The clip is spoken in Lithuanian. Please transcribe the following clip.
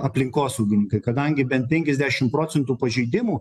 aplinkosaugininkai kadangi bent penkiasdešim procentų pažeidimų